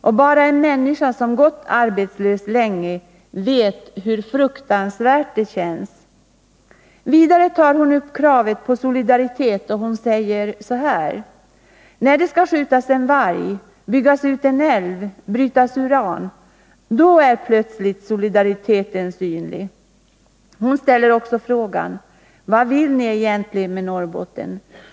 Och bara en människa som gått arbetslös länge vet hur fruktan: rt det känns.” Vidare tar hon upp kravet på solidaritet, och hon säger så här: ”När det skall skjutas en varg, byggas ut en älv, brytas uran, då är plötsligt solidariteten synlig.” Hon ställer också frågan: ”Vad vill ni egentligen med Norrbotten.